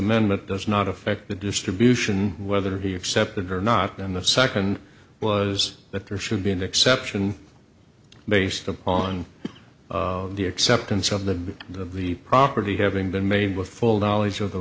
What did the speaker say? amendment does not affect the distribution whether he accepted or not then the second was that there should be an exception based upon the acceptance of the of the property having been made with full knowledge of the